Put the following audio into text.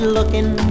looking